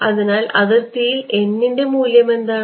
അതിനാൽ അതിർത്തിയിൽ n ന്റെ മൂല്യം എന്താണ്